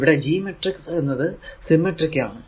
ഇവിടെ G matrix എന്നത് symmetric ആണ്